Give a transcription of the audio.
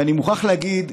ואני מוכרח להגיד,